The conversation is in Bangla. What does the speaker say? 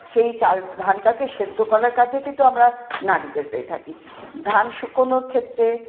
সেই চাল ধানটাকে সেদ্ধ করার কাজে কিন্তু আমরা নারীদের পেয়ে থাকি ধান শুকোনোর ক্ষেত্রে